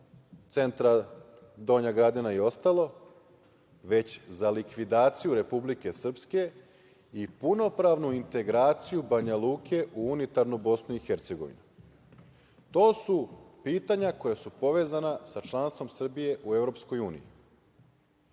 centra Donja Gradina i ostalo, već za likvidaciju Republike Srpske i punopravnu integraciju Banja Luke u unitarnu BiH. To su pitanja koja su povezana sa članstvom Srbije u